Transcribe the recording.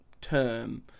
term